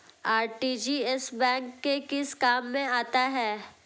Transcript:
RTGS bank के किस काम में आता है?